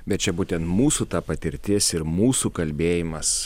bet čia būtent mūsų ta patirtis ir mūsų kalbėjimas